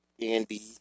Andy